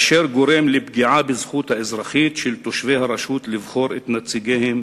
אשר גורם לפגיעה בזכות האזרחית של תושבי הרשות לבחור את נציגיהם